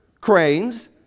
cranes